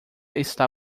está